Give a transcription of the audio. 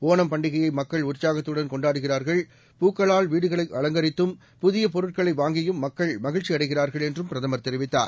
ஓணம்பண்டிகையைமக்கள்உற்சாகத்துடன்கொண்டாடு கிறார்கள் பூக்களால்வீடுகளைஅலங்கரித்தும் புதியபொருட்களைவாங்கியும்மக்கள்மகிழ்ச்சி அடைகிறார்கள்என்றும்பிரதமர்தெரிவித்தார்